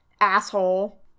asshole